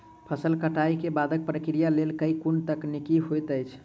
फसल कटाई केँ बादक प्रक्रिया लेल केँ कुन तकनीकी होइत अछि?